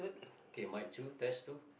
okay mike two test two